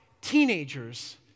teenagers